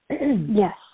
Yes